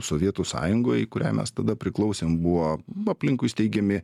sovietų sąjungoj kuriai mes tada priklausėm buvo aplinkui steigiami